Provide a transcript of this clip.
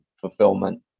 fulfillment